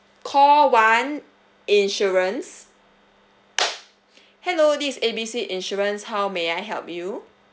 call one insurance hello this is A B C insurance how may I help you